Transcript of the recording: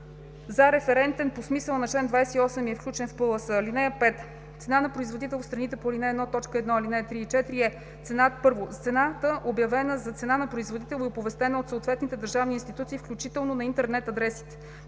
за референтен по смисъла на чл. 28 и е включен в ПЛС. (5) Цена на производител в страните по ал. 1, т. 1, ал. 3 и 4 е: 1. цената, обявена за цена на производител и оповестена от съответните държавни институции, включително на интернет адресите,